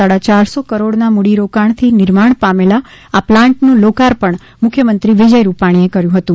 સાડાયારસો કરોડના મૂડીરાકાણથી નિર્માણ પામેલા આ પ્લાન્ટનું લોકાર્પણ મુખ્યમત્રી વિજય રૂપાણીએ કર્ય હતું